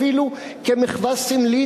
אפילו כמחווה סמלית.